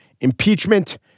impeachment